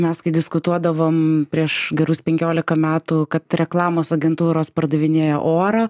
mes kai diskutuodavom prieš gerus penkiolika metų kad reklamos agentūros pardavinėja orą